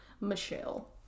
Michelle